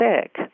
sick